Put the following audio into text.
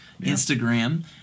Instagram